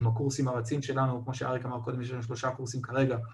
בקורסים הארציים שלנו, כמו שאריק אמר קודם, יש לנו שלושה קורסים כרגע